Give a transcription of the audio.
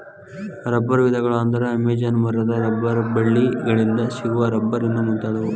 ರಬ್ಬರ ವಿಧಗಳ ಅಂದ್ರ ಅಮೇಜಾನ ಮರದ ರಬ್ಬರ ಬಳ್ಳಿ ಗಳಿಂದ ಸಿಗು ರಬ್ಬರ್ ಇನ್ನು ಮುಂತಾದವು